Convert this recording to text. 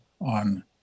on